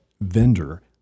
vendor